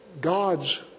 God's